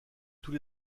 tous